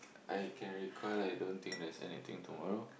I can recall I don't think there's anything tomorrow